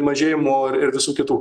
mažėjimo ir visų kitų